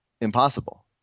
impossible